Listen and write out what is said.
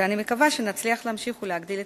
ואני מקווה שנצליח להמשיך ולהגדיל את